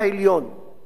את המעמד